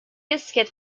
biscuit